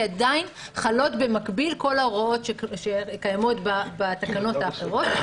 כי עדיין חלות במקביל כל ההוראות שקיימות בתקנות האחרות.